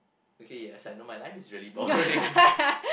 okay as I know my life is really boring